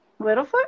Littlefoot